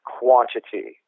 quantity